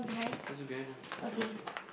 just do behind ah take oh take oh take